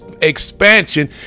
expansion